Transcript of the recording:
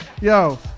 Yo